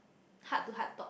heart to heart talk